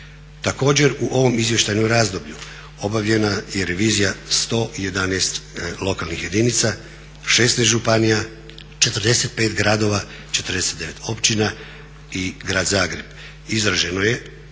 Također, u ovom izvještajnom razdoblju obavljena je revizija 111 lokalnih jedinica, 16 županija, 45 gradova, 49 općina i Grad Zagreb. Izraženo je